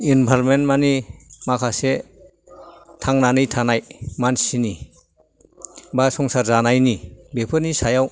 environment मानि माखासे थांनानै थानाय मानसिनि बा संसार जानायनि बेफोरनि सायाव